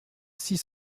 six